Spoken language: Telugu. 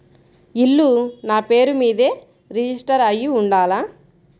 ఇల్లు నాపేరు మీదే రిజిస్టర్ అయ్యి ఉండాల?